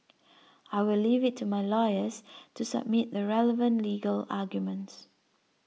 I will leave it to my lawyers to submit the relevant legal arguments